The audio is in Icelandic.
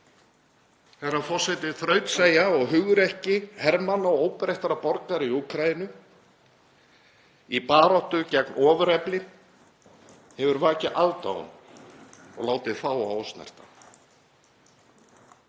Herra forseti. Þrautseigja og hugrekki hermanna og óbreyttra borgara í Úkraínu í baráttu gegn ofurefli hefur vakið aðdáun og látið fáa ósnortna.